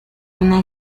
una